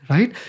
Right